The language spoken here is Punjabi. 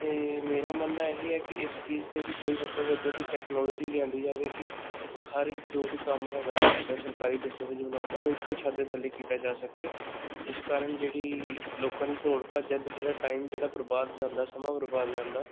ਅਤੇ ਮੇਰਾ ਮੰਨਨਾ ਇਹੀ ਹੈ ਕਿ ਇਸ ਚੀਜ਼ 'ਤੇ ਵੀ ਕੋਈ ਮਤਲਬ ਇੱਦਾਂ ਦੀ ਟੈਕਨੋਲੋਜੀ ਲਿਆਂਦੀ ਜਾਵੇਗੀ ਹਰ ਇੱਕ ਜੋ ਵੀ ਕੰਮ ਹੈਗਾ ਇੱਦਾਂ ਸਰਕਾਰੀ ਦਸਤਾਵੇਜ ਬਣਾਉਣ ਦਾ ਉਹ ਇੱਕੋ ਛੱਤ ਦੇ ਥੱਲੇ ਕੀਤਾ ਜਾ ਸਕੇ ਜਿਸ ਕਾਰਨ ਜਿਹੜੀ ਲੋਕਾਂ ਦੀ ਦੌੜ ਭੱਜ ਅਤੇ ਜਿਹੜਾ ਟਾਈਮ ਜਿਹੜਾ ਬਰਬਾਦ ਜਾਂਦਾ ਸਮਾਂ ਬਰਬਾਦ ਜਾਂਦਾ ਉਹਨੂੰ